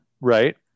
Right